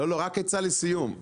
רק עצה לסיום,